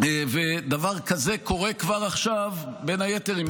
ודבר כזה קורה כבר עכשיו בין היתר עם